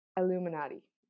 Illuminati